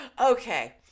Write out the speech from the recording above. Okay